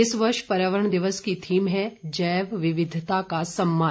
इस वर्ष पर्यावरण दिवस की थीम है जैव विविधता का सम्मान